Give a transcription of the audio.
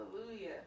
hallelujah